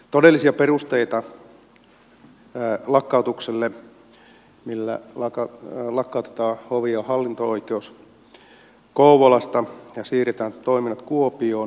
todellisia perusteita lakkautukselle millä lakkautetaan hovi ja hallinto oikeus kouvolasta ja siirretään toiminnot kuopioon ei ole